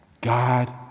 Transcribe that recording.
God